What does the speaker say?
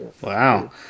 Wow